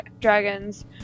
Dragons